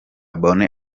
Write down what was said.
bonne